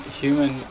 human